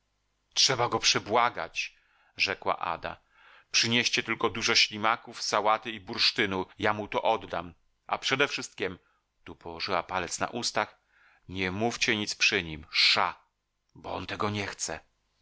trzeba go przebłagać rzekła ada przynieście tylko dużo ślimaków sałaty i bursztynu ja mu to oddam a przedewszystkiem tu położyła palec na ustach nie mówcie nic przy nim sza bo on tego nie chce